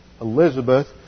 Elizabeth